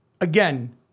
Again